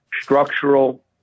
structural